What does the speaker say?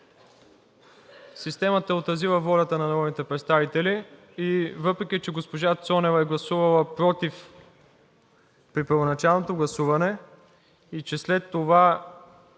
системата е отразила волята на народните представители и въпреки че госпожа Цонева е гласувала против при първоначалното гласуване, и че след това